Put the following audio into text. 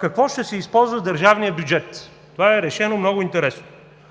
какво ще се използва държавният бюджет? Това е решено много интересно.